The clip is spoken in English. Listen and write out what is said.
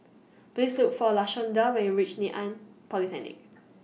Please Look For Lashonda when YOU REACH Ngee Ann Polytechnic